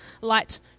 light